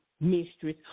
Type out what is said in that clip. mistress